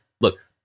Look